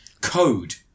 code